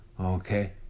okay